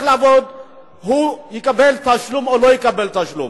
לעבוד הוא יקבל תשלום או לא יקבל תשלום?